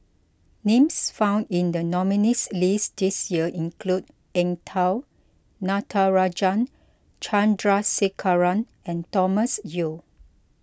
names found in the nominees' list this year include Eng Tow Natarajan Chandrasekaran and Thomas Yeo